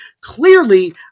Clearly